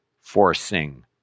forcing